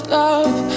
love